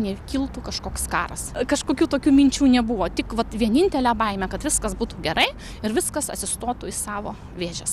nekiltų kažkoks karas kažkokių tokių minčių nebuvo tik vat vienintelė baimė kad viskas būtų gerai ir viskas atsistotų į savo vėžes